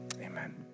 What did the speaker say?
Amen